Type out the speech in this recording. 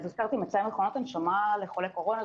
אז הזכרתי את מצאי מכונת נשמה לחולי קורונה,